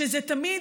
שזה תמיד,